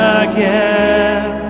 again